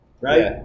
right